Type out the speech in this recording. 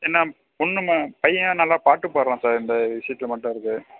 என்ன பொண்ணும் பையன் நல்லா பாட்டு பாடுவான் சார் இந்த விசியத்தில் மட்டும் இருக்கு